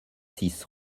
six